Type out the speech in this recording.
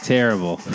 Terrible